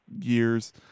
years